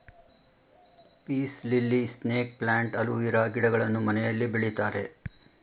piece lily, snake plant, aloe vera ಗಿಡಗಳನ್ನು ಮನೆಯಲ್ಲಿ ಬೆಳಿತಾರೆ